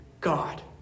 God